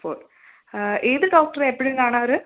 four ഏത് ഡോക്ടറെയാണ് എപ്പോഴും കാണാറ്